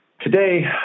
Today